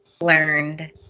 learned